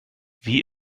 wie